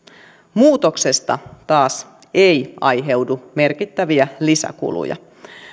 muutoksesta taas ei aiheudu merkittäviä lisäkuluja